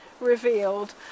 revealed